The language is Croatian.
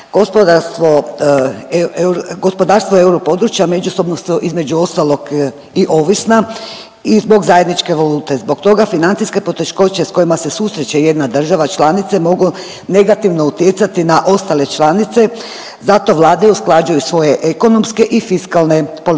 gospodarstvo europodručja međusobno su između ostalog i ovisna i zbog zajedničke valute. Zbog toga financijske poteškoće sa kojima se susreće jedna država članica mogu negativno utjecati na ostale članice zato Vlade usklađuju svoje ekonomske i fiskalne politike.